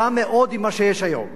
רע מאוד עם מה שיש היום,